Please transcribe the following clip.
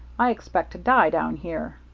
i expect to die down here.